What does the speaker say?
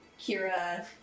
Kira